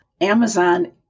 Amazon